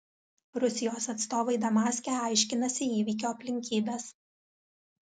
rusijos atstovai damaske aiškinasi įvykio aplinkybes